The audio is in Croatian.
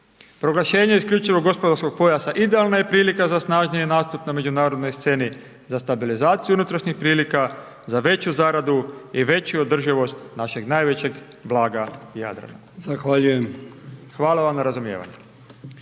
Proglašenje isključivog gospodarskog pojasa idealna je prilika za snažniji nastup na međunarodnoj sceni za stabilizaciju unutrašnjih prilika, za veću zaradu i veću održivost našeg najvećeg blaga Jadrana. Hvala vam na razumijevanju.